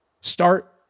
Start